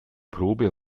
probe